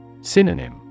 Synonym